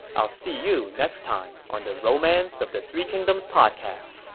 i'll see you next time on the romance of the three kingdoms podcast.